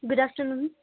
good after noon